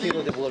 אמרתי לו: